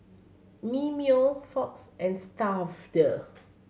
Mimeo Fox and Stuffd